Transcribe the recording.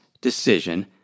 decision